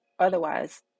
Otherwise